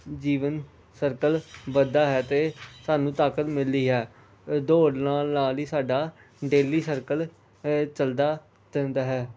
ਜੀਵਨ circle ਵੱਧਦਾ ਹੈ ਅਤੇ ਸਾਨੂੰ ਤਾਕਤ ਮਿਲਦੀ ਹੈ ਦੌੜ ਲਗਾਉਣ ਨਾਲ ਹੀ ਸਾਡਾ ਡੇਲੀ ਸਰਕਲ ਚੱਲਦਾ ਚੱਲਦਾ ਹੈ